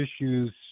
issues